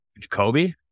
Jacoby